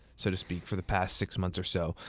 so to speak, for the past six months or so.